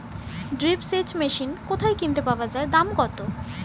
Drip সেচ machine কোথায় কিনতে পাওয়া যায় দাম কত?